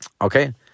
Okay